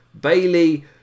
Bailey